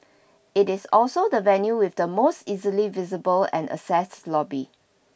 it is also the venue with the most easily visible and access lobby